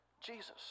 Jesus